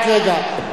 רק רגע.